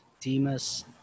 Demas